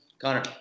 Connor